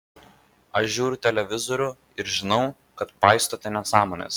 aš žiūriu televizorių ir žinau kad paistote nesąmones